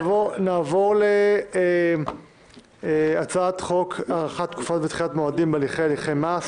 נעבור להצעת חוק הארכת תקופות ודחיית מועדים בענייני הליכי מס.